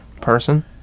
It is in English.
person